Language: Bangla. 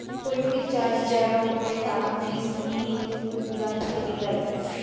পলটিরি চাষ যারা ক্যরে তারা ফিস মিল গুলান খ্যাতে দেই